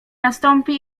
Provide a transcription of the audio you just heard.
nastąpi